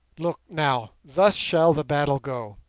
look, now thus shall the battle go.